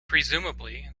presumably